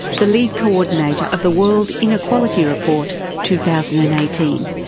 the lead coordinator of the world inequality report two thousand and eighteen,